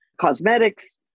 cosmetics